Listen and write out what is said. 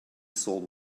sold